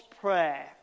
prayer